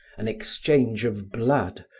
an exchange of blood,